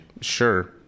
Sure